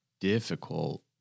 difficult